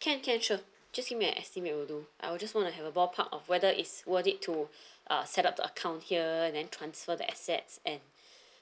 can can sure just give me a estimate will do I will just wanna have a ballpark of whether is worth it to uh set up the account here then transfer the assets and